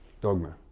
dogma